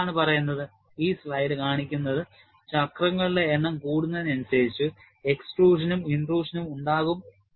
ഇത് എന്താണ് പറയുന്നത് ഈ സ്ലൈഡ് കാണിക്കുന്നത് ചക്രങ്ങളുടെ എണ്ണം കൂടുന്നതിനനുസരിച്ച്എക്സ്ട്രൂഷനും ഇന്റട്രൂഷനും ഉണ്ടാകും